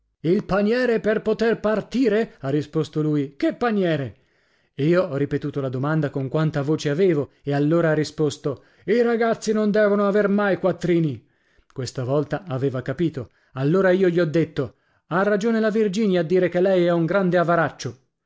il paniere per poter partire ha risposto lui che paniere io ho ripetuto la domanda con quanta voce avevo e allora ha risposto i ragazzi non devono aver mai quattrini questa volta aveva capito allora io gli ho detto ha ragione la virginia a dire che lei è un grande avaraccio